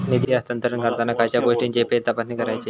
निधी हस्तांतरण करताना खयच्या गोष्टींची फेरतपासणी करायची?